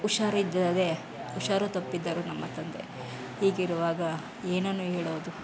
ಹುಷಾರಿಲ್ಲದೆ ಹುಷಾರು ತಪ್ಪಿದ್ದರು ನಮ್ಮ ತಂದೆ ಹೀಗಿರುವಾಗ ಏನನ್ನು ಹೇಳೋದು